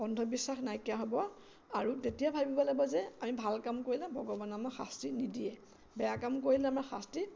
অন্ধবিশ্বাস নাইকিয়া হ'ব আৰু তেতিয়া ভাবিব লাগিব যে আমি ভাল কাম কৰিলে ভগৱানে আমাক শাস্তি নিদিয়ে বেয়া কাম কৰিলে আমাৰ শাস্তি